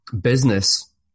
business